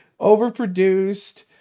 overproduced